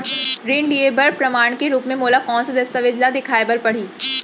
ऋण लिहे बर प्रमाण के रूप मा मोला कोन से दस्तावेज ला देखाय बर परही?